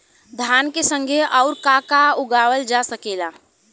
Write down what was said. धान के संगे आऊर का का उगावल जा सकेला?